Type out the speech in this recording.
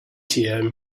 atm